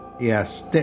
Yes